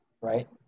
right